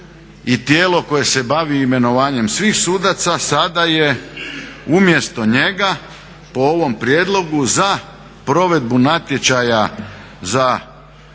i tijelo koje se bavi imenovanjem svih sudaca sada je umjesto njega po ovom prijedlogu za provedbu natječaja za